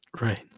right